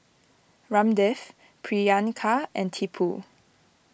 Ramdev Priyanka and Tipu